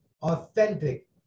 authentic